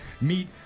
Meet